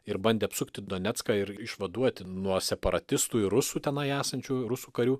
ir bandė apsupti donecką ir išvaduoti nuo separatistų ir rusų tenai esančių rusų karių